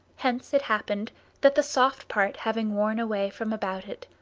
hence it happened that the soft part having worn away from about it,